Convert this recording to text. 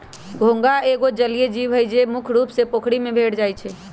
घोंघा एगो जलिये जीव हइ, जे मुख्य रुप से पोखरि में भेंट जाइ छै